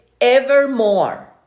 evermore